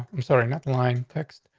i'm sorry. nothing. line, text,